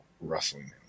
wrestling